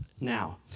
now